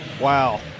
Wow